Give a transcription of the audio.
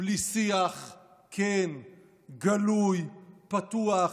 בלי שיח כן, גלוי, פתוח,